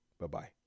bye-bye